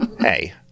Hey